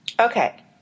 Okay